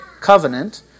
Covenant